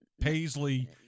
Paisley